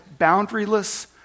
boundaryless